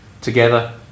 Together